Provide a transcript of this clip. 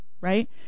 Right